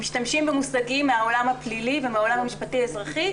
הם משתמשים במושגים מהעולם הפלילי ומהעולם המשפטי-אזרחי,